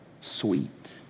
sweet